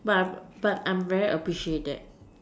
but but I'm very appreciate that